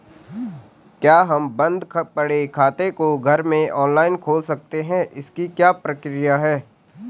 क्या हम बन्द पड़े खाते को घर में ऑनलाइन खोल सकते हैं इसकी क्या प्रक्रिया है?